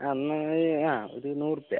അ എന്നാല് അ ഇരുനൂറ് രൂപ